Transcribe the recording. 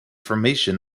formation